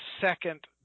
second